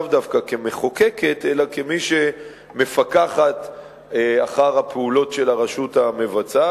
לאו דווקא כמחוקקת אלא כמי שמפקחת על הפעולות של הרשות המבצעת.